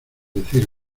decir